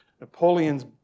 Napoleon's